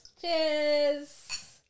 Cheers